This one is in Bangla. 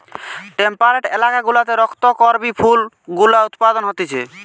টেম্পারেট এলাকা গুলাতে রক্ত করবি ফুল গুলা উৎপাদন হতিছে